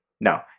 No